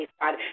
God